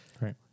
right